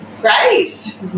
Great